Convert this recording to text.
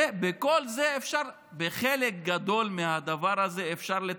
ובחלק גדול מהדבר הזה אפשר לטפל.